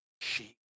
sheep